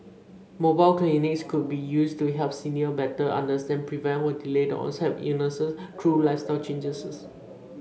mobile clinics could be used to help senior better understand prevent or delay the onset of illnesses through lifestyle changes